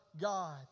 God